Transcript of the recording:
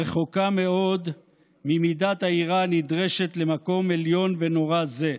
רחוקה מאוד ממידת היראה הנדרשת למקום עליון ונורא זה.